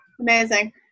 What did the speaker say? Amazing